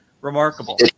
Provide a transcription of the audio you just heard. remarkable